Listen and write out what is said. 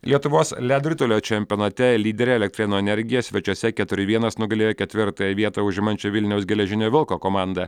lietuvos ledo ritulio čempionate lyderė elektrėnų energija svečiuose keturi vienas nugalėjo ketvirtąją vietą užimančią vilniaus geležinio vilko komandą